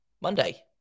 Monday